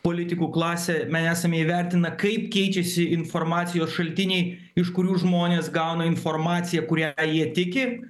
politikų klasę mes ame įvertina kaip keičiasi informacijos šaltiniai iš kurių žmonės gauna informaciją kuria jie tiki